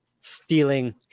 stealing